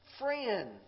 friends